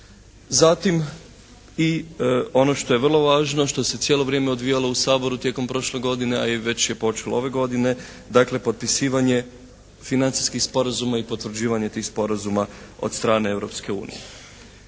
zatim i ono što je vrlo važno što se cijelo vrijeme odvijalo u Saboru tijekom prošle godine, a i već je počelo ove godine, dakle potpisivanje financijskih sporazuma i potvrđivanje tih sporazuma od strane